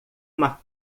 uma